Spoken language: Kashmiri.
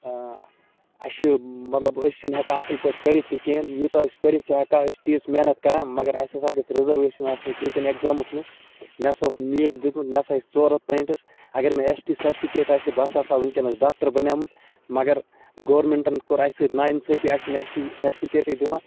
اَسہِ چھُ مطلب أسۍ چھَنہٕ ہٮ۪کان اَصٕل پٲٹھۍ پٔرِتھ تہِ کِہیٖنۍ یوٗتاہ أسۍ پٔرِتھ چھِ ہٮ۪کان أسۍ چھِ تیٖژ محنت کَران مگر اَسہِ ہَسا گٔژھ رِزٔرویشَن آسٕنۍ فی کُنہِ ایکزامَس منٛز مےٚ ہَسا اوس نیٖٹ دیُٚتمُت مےٚ ہَسا ٲسۍ ژور ہَتھ پویِنٛٹٕز اگر مےٚ ایس ٹی سٹفِکیٹ آسہِ ہے بہٕ سا آسہٕ ہا وٕنکٮ۪نَس ڈاکٹَر بنیٛامُت مگر گورمینٹَن کوٚر اَسہِ سۭتۍ نااِنصٲفی اَسہِ چھِنہٕ ایس ٹی سٹفِکیٹٕے دِوان